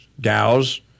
gals